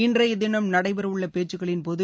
இன்றைய தினம் நடைபெறவுள்ள பேச்சுக்களின்போது